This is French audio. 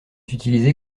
utilisés